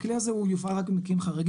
הכלי הזה הוא יופעל רק במקרים חריגים.